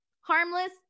Harmless